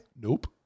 Nope